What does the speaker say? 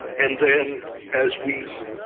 and then as we